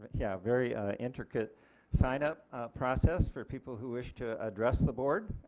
yeah very intricate sign-up process for people who wish to address the board.